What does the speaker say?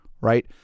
right